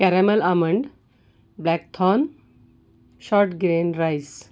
caramel almond black throne short grain rice